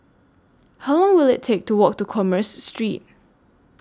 How Long Will IT Take to Walk to Commerce Street